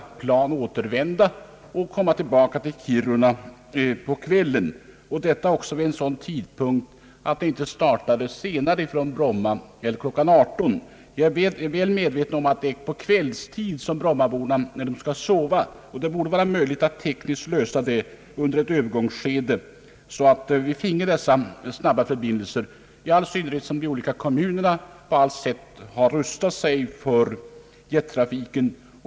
På återvägen till Kiruna skulle planet inte starta från Bromma senare än klockan 18. Jag vet att det är senare på kvällen, vid sovdags, som brommaborna är mest störda av flygbuller. Det borde vara tekniskt möjligt att under ett övergångsskede genomföra en sådan lösning som jag nu antytt, så att vi finge dessa snabba förbindelser, i all synnerhet som de olika kommunerna på allt sätt har rustat sig för jettrafiken.